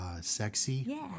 sexy